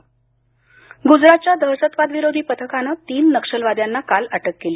गुजरात नक्षल गुजरातच्या दशतवादविरोधी पथकानं तीन नक्षलवाद्यांना काल अटक केली